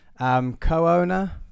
co-owner